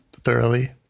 thoroughly